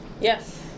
Yes